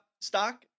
stock